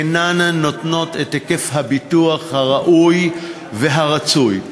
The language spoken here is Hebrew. אינן נותנות את היקף הביטוח הראוי והרצוי.